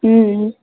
ও ও